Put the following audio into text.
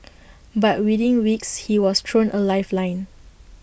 but within weeks he was thrown A lifeline